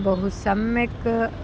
बहु सम्यक्